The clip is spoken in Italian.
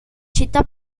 città